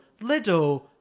lido